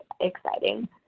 exciting